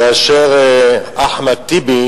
כאשר אחמד טיבי